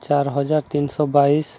ଚାର ହଜାର ତିନିଶହ ବାଇଶ